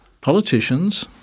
politicians